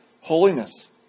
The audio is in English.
holiness